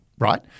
Right